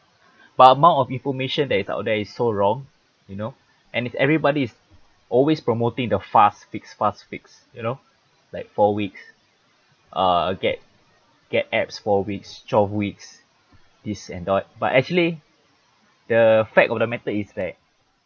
but amount of information that is out there is so wrong you know and it's everybody's always promoting the fast fix fast fix you know like four weeks uh get get abs four weeks twelve weeks this and that but actually the fact of the matter is that